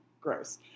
gross